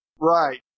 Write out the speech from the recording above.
Right